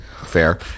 Fair